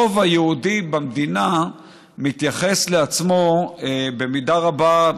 הרוב היהודי במדינה מתייחס לעצמו במידה רבה,